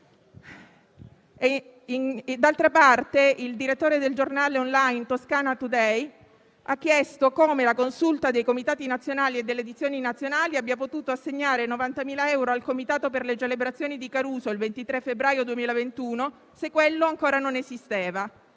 D'altra parte, il direttore del giornale *on line* «Toscana Today» ha chiesto come la consulta dei comitati nazionali e delle edizioni nazionali abbia potuto assegnare 90.000 euro al Comitato per le celebrazioni di Caruso il 23 febbraio 2021 se quello ancora non esisteva.